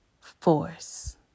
force